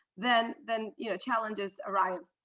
then then yeah challenges arrive